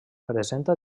presenta